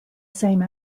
same